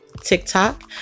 TikTok